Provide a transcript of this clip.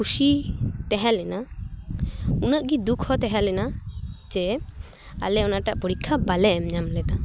ᱠᱩᱥᱤ ᱛᱟᱦᱮᱸ ᱞᱮᱱᱟ ᱩᱱᱟᱹᱜ ᱜᱮ ᱫᱩᱠ ᱦᱚᱸ ᱛᱟᱦᱮᱸ ᱞᱮᱱᱟ ᱪᱮ ᱟᱞᱮ ᱚᱱᱟᱴᱟᱜ ᱯᱚᱨᱤᱠᱷᱟ ᱵᱟᱞᱮ ᱮᱢ ᱧᱟᱢ ᱞᱮᱫᱟ